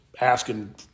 asking